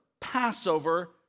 Passover